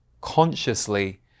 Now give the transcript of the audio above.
consciously